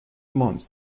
months